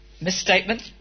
misstatement